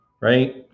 right